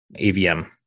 AVM